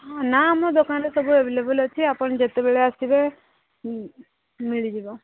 ହଁ ନା ଆମ ଦୋକାନରେ ସବୁ ଆଭେଲେବଲ୍ ଅଛି ଯେତେବେଳେ ଆସିବେ ମିଳିଯିବ